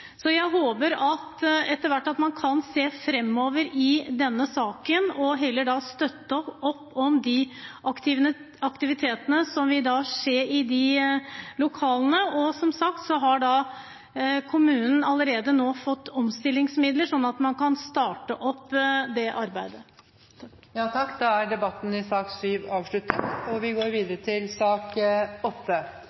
Jeg håper etter hvert at man kan se framover i denne saken og heller støtte opp om de aktivitetene som vil skje i lokalene. Som sagt har kommunen allerede nå fått omstillingsmidler, slik at man kan starte opp det arbeidet. Flere har ikke bedt om ordet til sak nr. 7. Etter ønske fra helse- og omsorgskomiteen vil presidenten foreslå at taletiden blir begrenset til